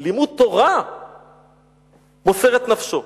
לימוד תורה מוסר את נפשו.